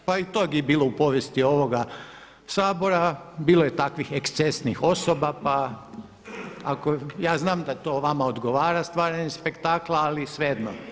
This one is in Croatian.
Dobro pa i tog je bilo u povijesti ovoga Sabora, bilo je takvih ekscesnih osoba pa, ja znam da to vama odgovara stvaranje spektakla, ali svejedno.